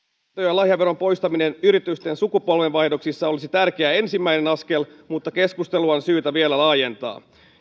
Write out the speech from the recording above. lahjaveron poistaminen yritysten sukupolvenvaihdoksista olisi tärkeä ensimmäinen askel mutta keskustelua on syytä vielä laajentaa